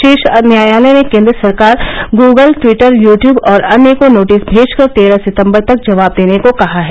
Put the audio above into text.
शीर्ष न्यायालय ने केन्द्र सरकार गूगल ट्वीटर यू ट्वूब और अन्य को नोटिस भेजकर तेरह सितम्बर तक जवाब देने को कहा है